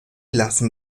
lassen